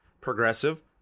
progressive